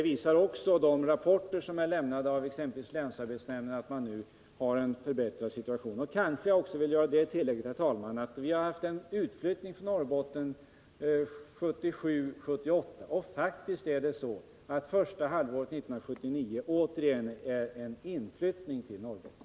Även de rapporter som lämnats av exempelvis länsarbetsnämnden visar att situationen nu är förbättrad. Jag vill också göra det tillägget, herr talman, att vi hade en utflyttning från Norrbotten 1977 och 1978, men att det under första halvåret 1979 varit en inflyttning till Norrbotten.